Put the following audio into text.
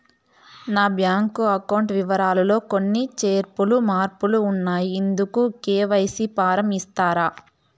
నా bank account వివరాలు లో కొన్ని చేర్పులు మార్పులు ఉన్నాయి, ఇందుకు కె.వై.సి ఫారం ఇస్తారా?